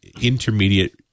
intermediate